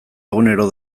egunero